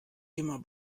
immer